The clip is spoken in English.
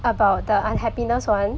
about the unhappiness one